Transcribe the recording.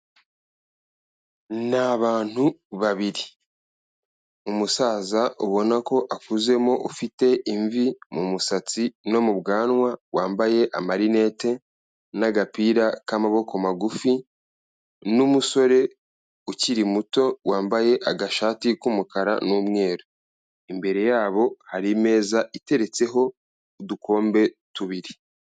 Ni abantu babiri, umusaza ubona ko akuzemo ufite imvi mu musatsi no mu bwanwa, wambaye amarinete n'agapira k'amaboko magufi n'umusore ukiri muto, wambaye agashati k'umukara n'umweru, imbere yabo hari imeza iteretseho udukombe tubiri.